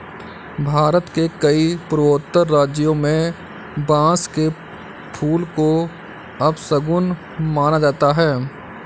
भारत के कई पूर्वोत्तर राज्यों में बांस के फूल को अपशगुन माना जाता है